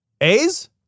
A's